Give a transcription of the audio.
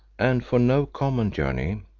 and for no common journey,